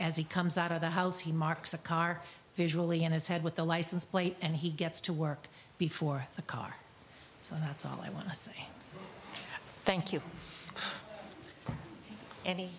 as he comes out of the house he marks the car visually in his head with the license plate and he gets to work before the car so that's all i want to say thank you